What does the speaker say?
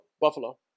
Buffalo